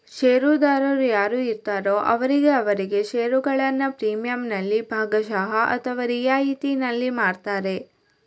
ಷೇರುದಾರರು ಯಾರು ಇರ್ತಾರೋ ಅವರಿಗೆ ಅವರಿಗೆ ಷೇರುಗಳನ್ನ ಪ್ರೀಮಿಯಂನಲ್ಲಿ ಭಾಗಶಃ ಅಥವಾ ರಿಯಾಯಿತಿನಲ್ಲಿ ಮಾರ್ತಾರೆ